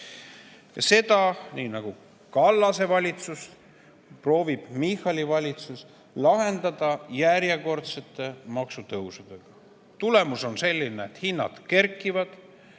seda nii nagu Kallase valitsus, proovib ka Michali valitsus lahendada järjekordsete maksutõusudega. Tulemus on selline, et hinnad kerkivad,